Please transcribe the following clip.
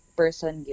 person